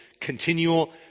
continual